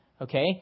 okay